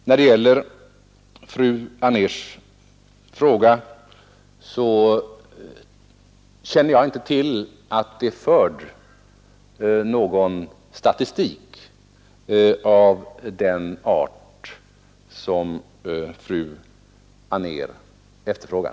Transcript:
När det gäller fru Anérs fråga vill jag säga att jag inte känner till att det finns någon statistik av den art som hon efterfrågar.